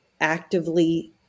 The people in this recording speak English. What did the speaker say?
actively